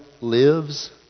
lives